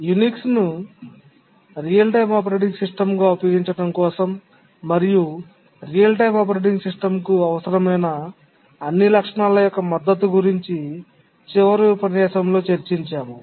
యునిక్స్నుని real time operating సిస్టమ్గా ఉపయోగించడం కోసం మరియు రియల్ టైమ్ ఆపరేటింగ్ సిస్టమ్కు అవసరమైన అన్ని లక్షణాల యొక్క మద్దతు గురించి చివరి ఉపన్యాసంలో చర్చించాము